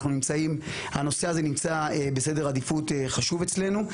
הנושא הזה נמצא בסדר עדיפות חשוב אצלנו,